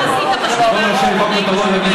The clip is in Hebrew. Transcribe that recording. מה עשית, הכול.